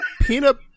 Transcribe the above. Peanut